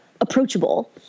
approachable